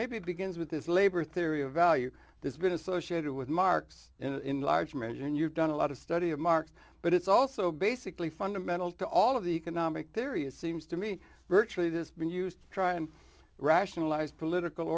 maybe it begins with this labor theory of value this been associated with marx in large measure and you've done a lot of study of marx but it's also basically fundamental to all of the economic theory it seems to me virtually this been used to try and rationalize political